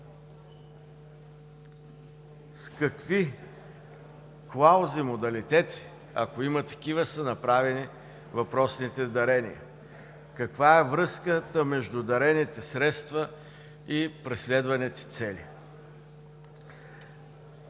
с какви клаузи, модалитети, ако има такива, са направени въпросните дарения, каква е връзката между дарените средства и преследваните цели.